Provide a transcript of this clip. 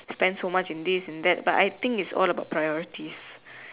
spend so much in this in that but I think is all about priorities